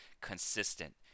consistent